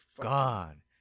gone